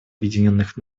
объединенных